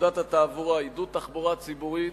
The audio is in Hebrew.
פקודת התעבורה (עידוד תחבורה ציבורית),